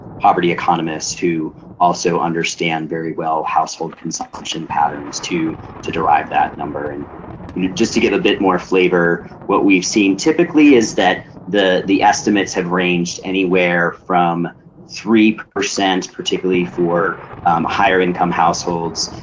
poverty economists, who also understand very well household consumption patterns to to derive that number. and you know just to get a bit more flavor, what we've seen typically is that the the estimates have ranged anywhere from three percent, particularly for higher income households,